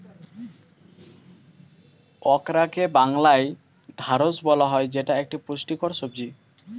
ওকরাকে বাংলায় ঢ্যাঁড়স বলা হয় যেটা একটি পুষ্টিকর সবজি